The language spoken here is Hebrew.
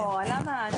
לא, למה?